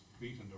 beaten